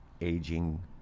aging